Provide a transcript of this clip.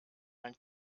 mein